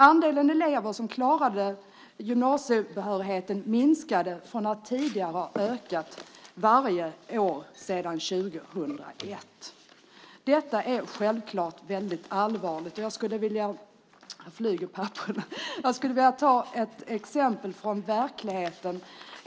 Andelen elever som klarade gymnasiebehörigheten minskade från att tidigare ha ökat varje år sedan 2001. Detta är självklart väldigt allvarligt, och jag skulle vilja ta ett exempel från verkligheten.